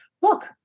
look